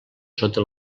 sota